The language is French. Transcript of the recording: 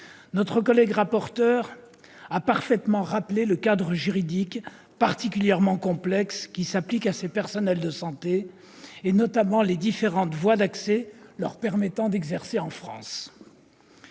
Notre collègue rapporteur a parfaitement rappelé le cadre juridique particulièrement complexe qui s'applique à ces personnels de santé, notamment les différentes voies d'accès leur permettant d'exercer en France.